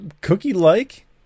cookie-like